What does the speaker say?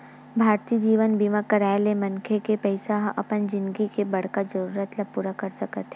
भारतीय जीवन बीमा कराय ले मनखे के पइसा ह अपन जिनगी के बड़का जरूरत ल पूरा कर सकत हे